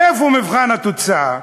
איפה מבחן התוצאה?